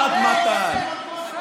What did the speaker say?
עד מתי?